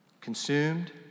consumed